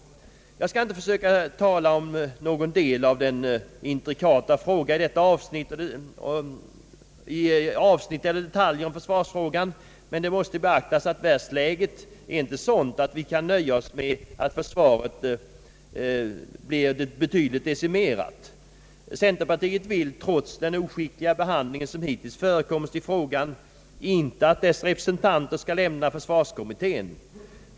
Jag skall inte försöka tala om någon del av denna intrikata fråga i dess avsnitt och detaljer, men det måste beaktas, att världsläget inte är sådant att vi kan nöja oss med en försvarsmakt som är betydligt decimerad. Centerpartiet vill, trots den oskickliga behandling som hittills förekommit i frågan, inte att dess representanter skall lämna försvarskommittén.